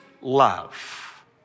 love